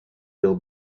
bill